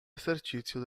esercizio